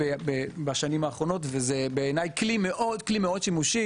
בשנים האחרונות וזה בעיניי כלי מאוד שימושי